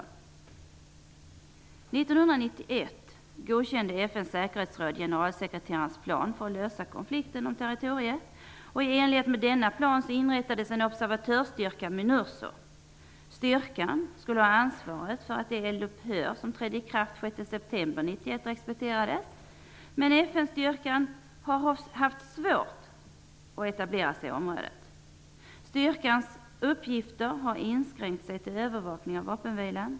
År 1991 godkände FN:s säkerhetsråd generalsekreterarens plan för att lösa konflikten om territoriet. I enlighet med denna plan inrättades en observatörsstyrka Minurso. Styrkan skulle ha ansvaret för att det eldupphör som trädde i kraft den 6 september 1991 respekterades. Men FN styrkan har haft svårt att etablera sig i området. Styrkans uppgifter har inskränkt sig till övervakning av vapenvilan.